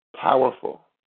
Powerful